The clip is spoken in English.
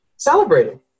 celebrating